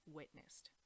witnessed